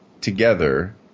Together